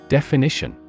Definition